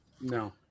No